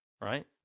right